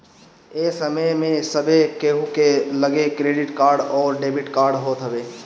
ए समय में सभे केहू के लगे क्रेडिट कार्ड अउरी डेबिट कार्ड होत बाटे